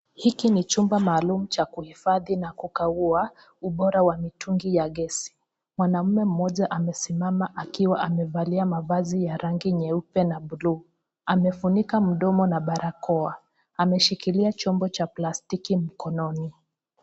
Hiki ni chumba maalum cha kuhifadhi na kukagua ubora wa mitungi ya gesi. Mwanaume mmoja amesimama akiwa amevalia mavazi ya rangi nyeupe na blue .Amefunika mdomo na barakoa. Ameshikilia chombo cha plastiki mkononi.